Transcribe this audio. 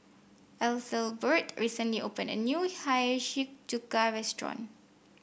Ethelbert recently opened a new Hiyashi Chuka restaurant